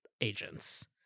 agents